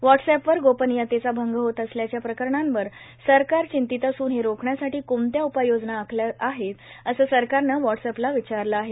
व्हाटसएपवर गोपनीयतेचा भंग होत असल्याच्या प्रकरणांवर सरकार चिंतीत असून हे रोखण्यासाठी कोणत्या उपाययोजना आखल्या आहेत असं सरकारनं व्हाट्सएपला विचारलं आहे